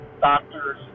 doctors